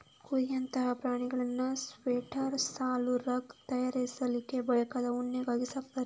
ಕುರಿಯಂತಹ ಪ್ರಾಣಿಗಳನ್ನ sweater, shawl, rug ತಯಾರಿಸ್ಲಿಕ್ಕೆ ಬೇಕಾದ ಉಣ್ಣೆಗಾಗಿ ಸಾಕ್ತಾರೆ